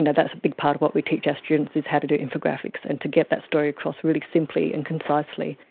and that's a big part of what we teach our students, is how to do infographics and to get that story across really simply and concisely.